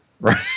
right